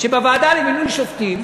שבוועדה למינוי שופטים,